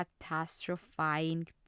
catastrophizing